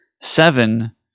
seven